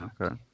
Okay